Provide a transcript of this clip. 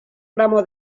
ramo